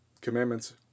Commandments